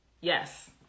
yes